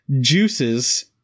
juices